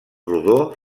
rodó